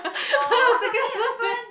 orh something happen